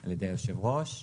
על ידי היושב ראש.